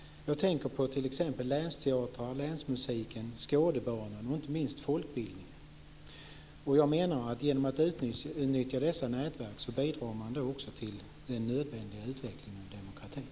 Jag tänker t.ex. på länsteatrar, länsmusiken, Skådebanan och inte minst folkbildningsverksamheten. Jag menar att man genom att utnyttja dessa nätverk också bidrar till den nödvändiga utvecklingen av demokratin.